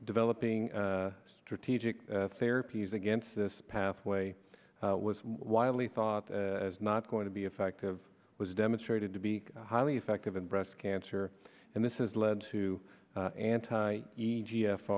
developing strategic therapies against this pathway was widely thought as not going to be effective was demonstrated to be highly effective in breast cancer and this has led to anti